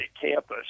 campus